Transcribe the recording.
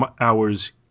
hours